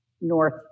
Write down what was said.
north